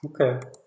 Okay